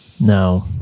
No